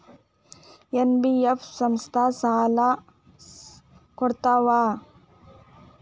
NBF ಸಂಸ್ಥಾ ಸಾಲಾ ಕೊಡ್ತಾವಾ?